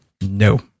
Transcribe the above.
no